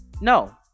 No